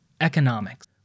economics